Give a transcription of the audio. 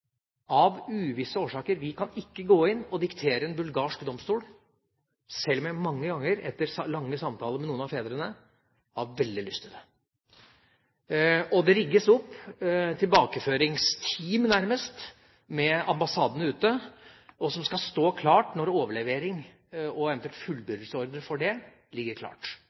av uvisse årsaker. Vi kan ikke gå inn og diktere en bulgarsk domstol, sjøl om jeg mange ganger etter lange samtaler med noen av fedrene, har veldig lyst til det. Ved ambassadene ute rigges det opp nærmest tilbakeføringsteam som skal stå klare når overlevering og eventuell fullbyrdelsesordre foreligger. Det